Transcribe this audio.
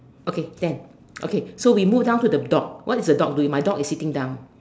okay ten okay so we move down to the dog what is your dog doing my dog is sitting down